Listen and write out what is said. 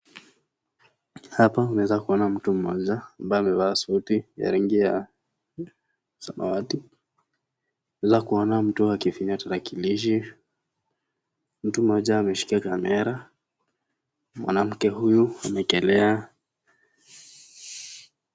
Hapa unaeza kuona mtu mmoja ambaye amevaa suti ya rangi ya samawati. Unaeza kuona mtu akifinya tarakilishi. Mtu mmoja ameshika kamera, mwanamke huyu ameekelea...